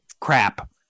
crap